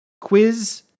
quiz